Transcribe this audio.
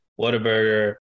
Whataburger